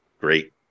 Great